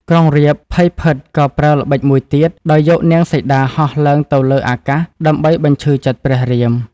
ក្រុងរាពណ៍ភ័យភិតក៏ប្រើល្បិចមួយទៀត ដោយយកនាងសីតាហោះឡើងទៅលើអាកាស ដើម្បីបញ្ឈឺចិត្តព្រះរាម។